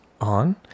on